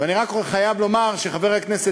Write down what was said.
ואני רק חייב לומר שבזמן בממשלה הקודמת חבר הכנסת